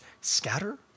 scatter